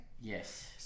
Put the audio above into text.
yes